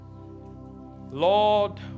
Lord